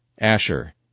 Asher